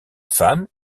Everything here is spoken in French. femmes